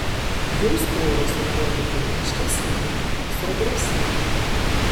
jų spalvos ir potėpiai ryškesni sodresni